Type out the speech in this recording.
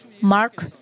Mark